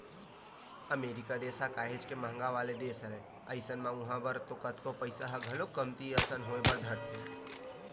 अमरीका देस ह काहेच के महंगा वाला देस हरय अइसन म उहाँ बर तो कतको पइसा ह घलोक कमती असन होय बर धरथे